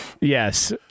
Yes